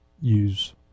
use